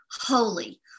Holy